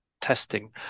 testing